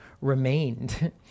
remained